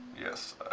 Yes